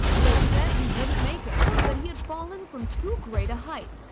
they said he wouldn't make it. that he had fallen from too great a height,